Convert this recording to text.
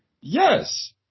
Yes